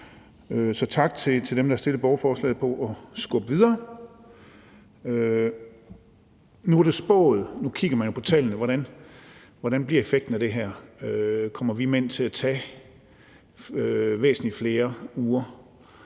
Så tak til dem, der har stillet borgerforslaget, for at skubbe det videre. Nu kigger man jo på tallene for, hvordan effekten bliver af det her. Kommer vi mænd til at tage væsentlig flere uger?